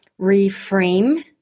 reframe